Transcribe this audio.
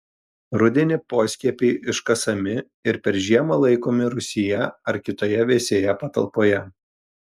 rudenį poskiepiai iškasami ir per žiemą laikomi rūsyje ar kitoje vėsioje patalpoje